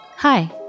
Hi